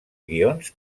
guions